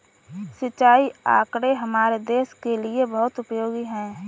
सिंचाई आंकड़े हमारे देश के लिए बहुत उपयोगी है